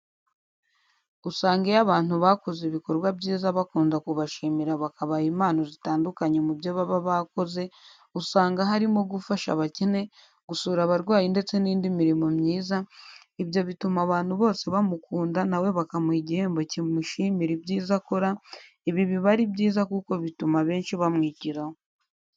Usanga iyo abantu bakoze ibikorwa byiza bakunda kubashimira bakabaha impano zitandukanye mu byo baba bakoze, usanga harimo gufasha abakene, gusura abarwayi ndetse n'indi mirimo myiza, ibyo bituma abantu bose bamukunda na we bakamuha igihembo kimushimira ibyiza akora, ibi biba ari byiza kuko bituma abenshi bamwigiraho.